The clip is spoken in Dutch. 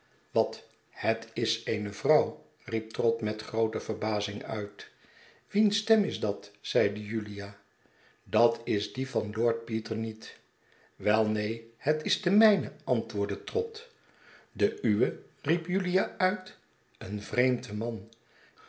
wat het is eene vrouw riep trott met groote verbazing uit wiens stem is dat zeide julia dat is die van lord peter niet wel neen het is de mijne antwoordde trott de uwe riep julia uit een vreemd man